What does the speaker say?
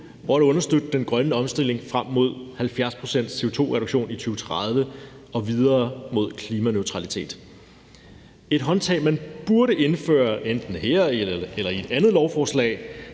og at understøtte den grønne omstilling frem mod 70-procents-CO2-reduktion i 2030 og videre mod klimaneutralitet. Et håndtag, man burde indføre, enten her eller i et andet lovforslag,